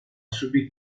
subì